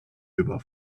über